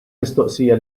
mistoqsija